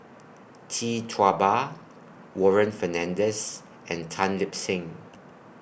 Tee Tua Ba Warren Fernandez and Tan Lip Seng